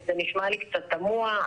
זה נשמע לי קצת תמוה.